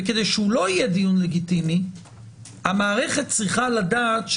ולכן המערכת צריכה לדעת,